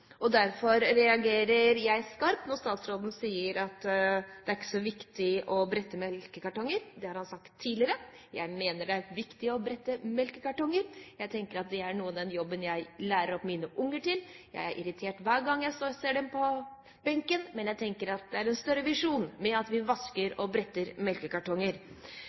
Derfor reagerer jeg skarpt når statsråden sier at det ikke er så viktig å brette melkekartonger. Det har han sagt tidligere. Jeg mener det er viktig å brette melkekartonger. Jeg tenker at det er min jobb å lære mine unger til det. Jeg blir irritert hver gang jeg ser dem på benken, men jeg tenker at det er en større visjon med at vi vasker og bretter melkekartonger.